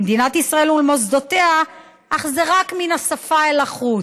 למדינת ישראל ולמוסדותיה, אך זה רק מן השפה ולחוץ,